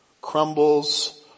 crumbles